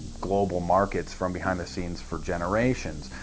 global markets from behind the scenes for generations.